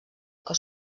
que